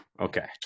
Okay